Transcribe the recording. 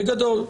בגדול.